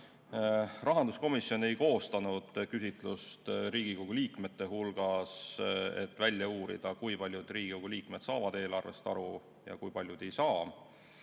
Rahanduskomisjon ei teinud küsitlust Riigikogu liikmete hulgas, et välja uurida, kui paljud Riigikogu liikmed saavad eelarvest aru ja kui paljud ei saa.